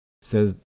says